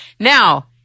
Now